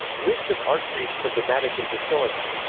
list of archpriests of the vatican basilica